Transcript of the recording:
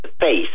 face